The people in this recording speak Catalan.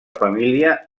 família